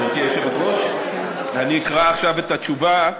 גברתי היושבת-ראש, אקרא עכשיו את התשובה,